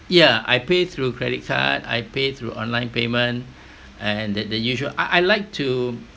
ya I pay through credit card I paid through online payment and that the usual I I like to